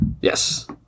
Yes